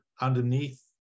underneath